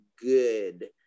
good